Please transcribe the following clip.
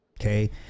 Okay